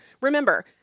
remember